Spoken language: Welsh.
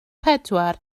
pedwar